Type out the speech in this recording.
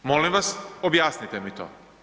Molim vas objasnite mi to.